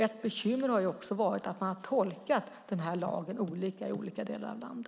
Ett bekymmer har ju också varit att man har tolkat den här lagen olika i olika delar av landet.